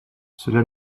cela